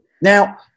Now